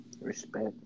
Respect